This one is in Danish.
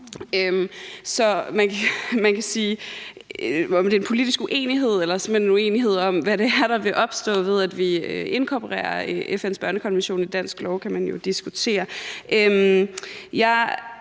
Så om der er tale om en politisk uenighed eller simpelt hen en uenighed om, hvad det er, der vil opstå, ved at vi inkorporerer FN's børnekonvention i dansk lov, kan man jo diskutere.